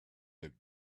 that